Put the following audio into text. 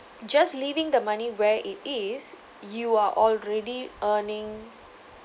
just leaving the money where it is you are already earning